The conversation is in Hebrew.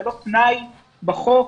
זה לא תנאי בחוק,